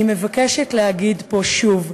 אני מבקשת להגיד פה שוב: